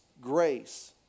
grace